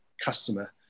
customer